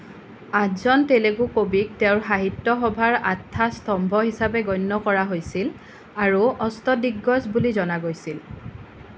আঠজন তেলেগু কবিক তেওঁৰ সাহিত্য সভাৰ আঠটা স্তম্ভ হিচাপে গণ্য কৰা হৈছিল আৰু অষ্টদিগ্গজ বুলি জনা গৈছিল